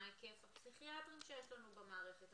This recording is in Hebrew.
מה היקף הפסיכיאטרים שיש לנו במערכת.